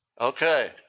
Okay